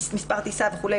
מספר טיסה וכולי,